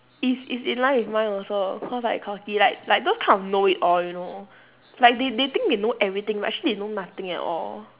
it's it's in line with mine also cause like cocky like like those kind of know it all you know like they they think they know everything but actually they know nothing at all